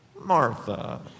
Martha